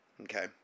okay